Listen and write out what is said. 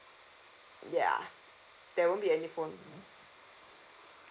ya there won't be any phone